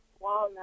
walnut